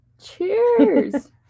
Cheers